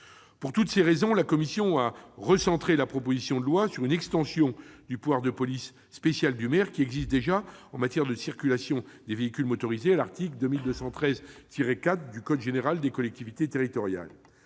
Pour toutes ces raisons, la commission a recentré la proposition de loi sur une extension du pouvoir de police spéciale du maire, qui existe déjà en matière de circulation des véhicules motorisés- c'est l'article L. 2213-4 du code général des collectivités territoriales.